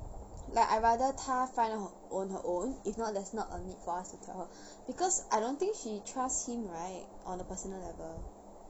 like I rather 她 find out on her own if not there's not a need for us to tell her because I don't think she trust him right on a personal level